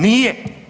Nije.